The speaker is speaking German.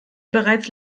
bereits